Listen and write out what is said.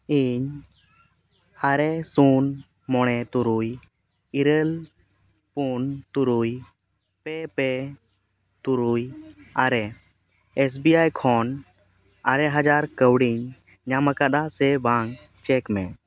ᱤᱧ ᱟᱨᱮ ᱥᱩᱱ ᱢᱚᱬᱮ ᱛᱩᱨᱩᱭ ᱤᱨᱟᱹᱞ ᱯᱩᱱ ᱛᱩᱨᱩᱭ ᱯᱮ ᱯᱮ ᱛᱩᱨᱩᱭ ᱟᱨᱮ ᱮᱥ ᱵᱤ ᱟᱭ ᱠᱷᱚᱱ ᱟᱨᱮ ᱦᱟᱡᱟᱨ ᱠᱟᱹᱣᱰᱤᱧ ᱧᱟᱢ ᱟᱠᱟᱫᱟ ᱥᱮ ᱵᱟᱝ ᱪᱮᱠ ᱢᱮ